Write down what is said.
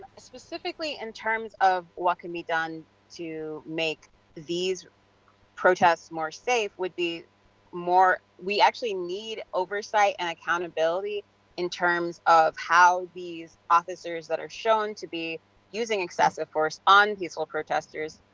specifically in and terms of what can be done to make these protests more safe, would be more, we actually need oversight and accountability in terms of how these officers that are shown to be using excessive force on peaceful protesters,